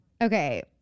okay